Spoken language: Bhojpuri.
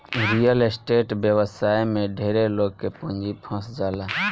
रियल एस्टेट व्यवसाय में ढेरे लोग के पूंजी फंस जाला